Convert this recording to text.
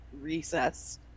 recess